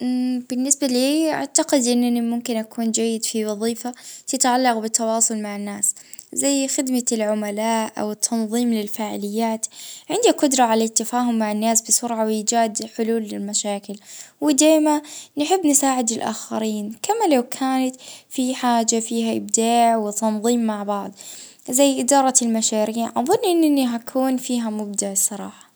اه بلا شك نتصور اه أنه حنكون متميزة في شغل يتطلب التواصل مع الناس اه زي الترجمة والتنسيق بين الفرق اه على خاطر أنه عندي صبر ونحب نتعامل مع المواقف المختلفة.